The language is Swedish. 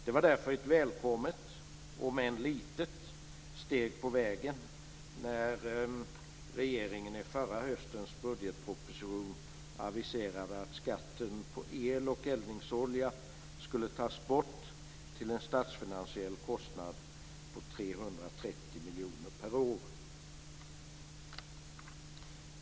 Det var därför ett välkommet, om än litet, steg på vägen när regeringen i förra höstens budgetproposition aviserade att skatten på el och eldningsolja skulle tas bort till en statsfinansiell kostnad av 330 miljoner kronor per år.